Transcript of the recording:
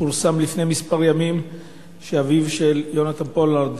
פורסם לפני כמה ימים שאביו של יונתן פולארד,